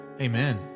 Amen